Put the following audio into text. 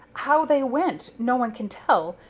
how they went, no one can tell,